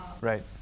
Right